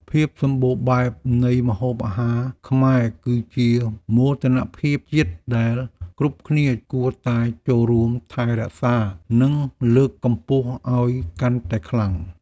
ភាពសម្បូរបែបនៃម្ហូបអាហារខ្មែរ គឺជាមោទនភាពជាតិដែលគ្រប់គ្នាគួរតែចូលរួមថែរក្សា និងលើកកម្ពស់ឱ្យកាន់តែខ្លាំង។